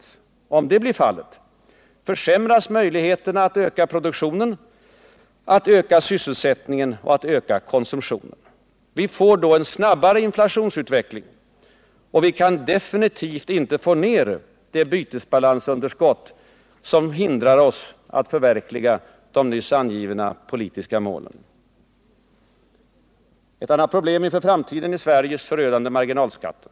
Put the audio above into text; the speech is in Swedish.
Om det blir fallet försämras möjligheterna att öka produktionen, att öka sysselsättningen och att öka konsumtionen. Vi får då en snabbare inflationsutveckling, och vi kan definitivt inte få ner det bytesbalansunderskott som hindrar oss från att förverkliga de nyss angivna politiska målen. Ett annat problem inför framtiden är Sveriges förödande marginalskatter.